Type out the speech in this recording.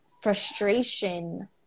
frustration